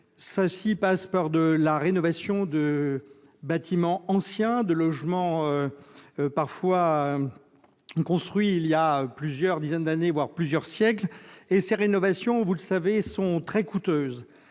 Cela passe par la rénovation de bâtiments anciens, de logements construits il y a plusieurs dizaines d'années, voire plusieurs siècles. Or ces rénovations sont très coûteuses.